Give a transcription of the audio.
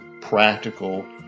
practical